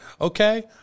Okay